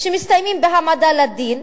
שמסתיימים בהעמדה לדין,